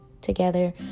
together